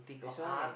that's why